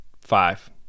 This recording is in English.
five